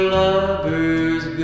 lovers